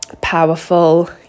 powerful